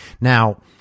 Now